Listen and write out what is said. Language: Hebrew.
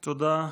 תודה.